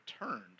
returned